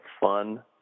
fun